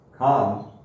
Calm